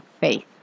faith